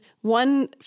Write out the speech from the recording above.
one